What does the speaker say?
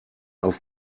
auf